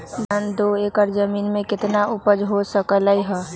धान दो एकर जमीन में कितना उपज हो सकलेय ह?